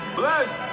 bless